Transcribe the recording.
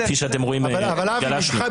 אבי,